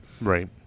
Right